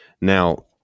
Now